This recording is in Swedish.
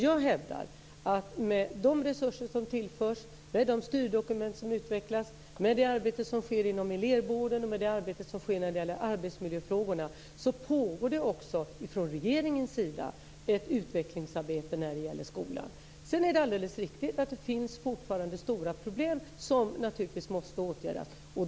Jag hävdar att med de resurser som tillförs, med de styrdokument som utvecklas, med det arbete som sker inom elevvården och det arbete som sker med arbetsmiljöfrågorna, pågår det från regeringens sida ett utvecklingsarbete med skolan. Det är alldeles riktigt att det fortfarande finns stora problem som naturligtvis måste åtgärdas.